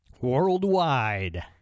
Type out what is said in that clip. worldwide